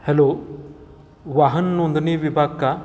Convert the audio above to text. hello वाहन नोंदणी विभाग का